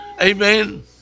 Amen